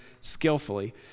skillfully